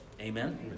Amen